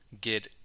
get